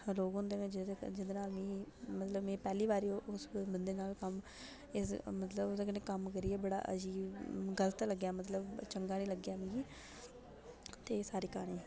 लोग होंदे न जेह्दे जि'दे नाल मिगी मतलब में पैह्ली बारी उस बंदे नाल कम्म मतलब ओह्दे कन्नै कम्म करियै बड़ा अजीब मतलब गल्त लग्गेआ मतलब चंगा निं लग्गेआ मिगी ते एह् सारी क्हानी